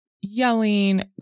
yelling